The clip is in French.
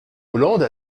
hollande